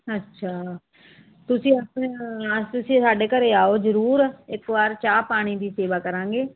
ਅੱਛਾ ਤੁਸੀਂ ਆਪਣੇ ਤੁਸੀਂ ਸਾਡੇ ਘਰ ਆਓ ਜ਼ਰੂਰ ਇੱਕ ਵਾਰ ਚਾਹ ਪਾਣੀ ਦੀ ਸੇਵਾ ਕਰਾਂਗੇ